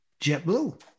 JetBlue